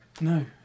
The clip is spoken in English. no